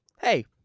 hey